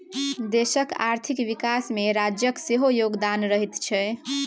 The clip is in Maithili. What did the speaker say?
देशक आर्थिक विकासमे राज्यक सेहो योगदान रहैत छै